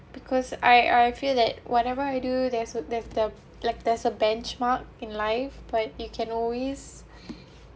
because I I feel that whatever I do there's a there's the like there's a benchmark in life but you can always